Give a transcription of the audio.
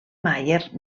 mayer